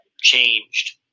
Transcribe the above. changed